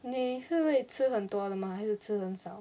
你是会吃很多的吗还是吃很少